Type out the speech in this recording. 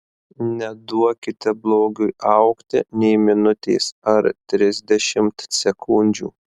neduokite blogiui augti nė minutės ar trisdešimt sekundžių